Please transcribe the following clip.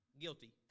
Guilty